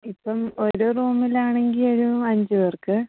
ഇപ്പം ഒരു റൂമിലാണെങ്കിൽ ഒരു അഞ്ചു പേർക്ക്